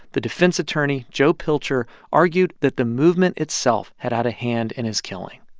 the defense attorney, joe pilcher, argued that the movement itself had had a hand in his killing.